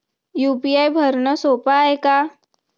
UPI भरनं सोप हाय का?